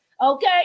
okay